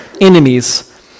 enemies